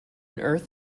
earth